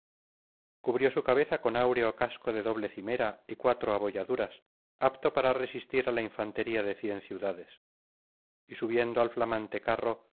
cubrió su cabeza con áureo casco de doble cimera y cuatro abolladuras apto para resistir á la infantería de cien ciudades y subiendo al flamante carro